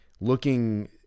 looking –